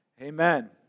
amen